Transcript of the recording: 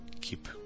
keep